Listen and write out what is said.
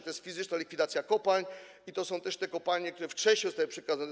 To jest fizyczna likwidacja kopalń i to są też te kopalnie, które wcześniej zostały przekazane SRK.